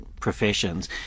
professions